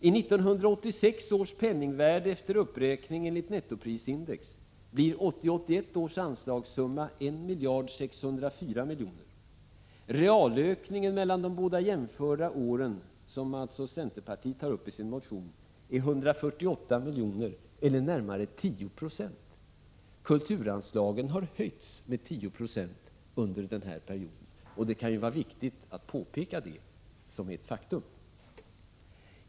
I 1986 års penningvärde efter uppräkning enligt nettoprisindex blir 1980/81 års anslagssumma 1 604 milj.kr. Realökningen mellan de båda jämförda åren, som centerpartiet tar upp i sin motion, är alltså 148 milj.kr. eller närmare 10 96. Kulturanslagen har ökat med 10 96 under denna period, och det kan vara viktigt att påpeka det som ett faktum.